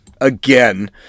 Again